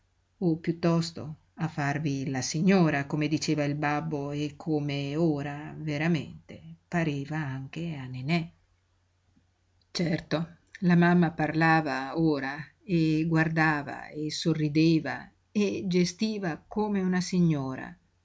o piuttosto a farvi la signora come diceva il babbo e come ora veramente pareva anche a nenè certo la mamma parlava ora e guardava e sorrideva e gestiva come una signora